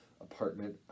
apartment